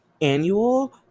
annual